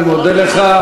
אני מודה לך.